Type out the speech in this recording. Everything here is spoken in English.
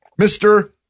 Mr